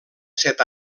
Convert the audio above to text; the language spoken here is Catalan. set